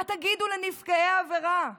מה תגידו לנפגעי העבירה?